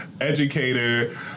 Educator